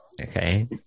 Okay